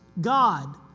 God